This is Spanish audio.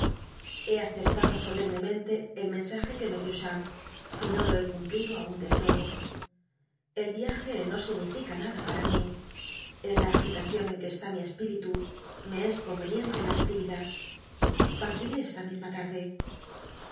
he aceptado solemnemente el men aje que me dió cbam y no lo he cumplido aun del l odo el viaje no signilica nada para mi en la agitacion en que está mi espíritu me es con'cniente la actividad partiré esta misma larde